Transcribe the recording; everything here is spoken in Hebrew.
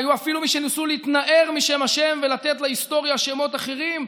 היו אפילו מי שניסו להתנער משם ה' ולתת להיסטוריה שמות אחרים.